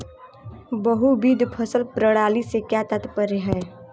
बहुविध फसल प्रणाली से क्या तात्पर्य है?